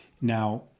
Now